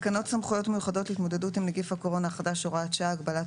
תקנות סמכויות מיוחדות להתמודדות עם נגיף הקורונה החדש (הוראת שעה)(הגבלת